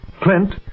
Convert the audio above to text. Clint